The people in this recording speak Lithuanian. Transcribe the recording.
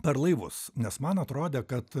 per laivus nes man atrodė kad